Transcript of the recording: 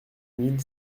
mille